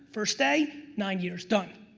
first day, nine years, done.